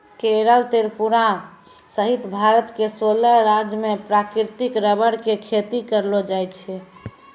केरल त्रिपुरा सहित भारत के सोलह राज्य मॅ प्राकृतिक रबर के खेती करलो जाय छै